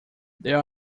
there